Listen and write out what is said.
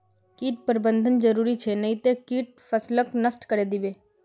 कीट प्रबंधन जरूरी छ नई त कीट फसलक नष्ट करे दीबे